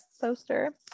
poster